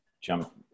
jump